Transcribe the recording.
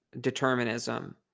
determinism